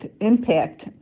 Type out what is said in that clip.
impact